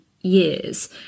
years